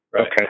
Okay